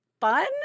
fun